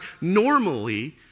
normally